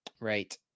Right